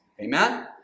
amen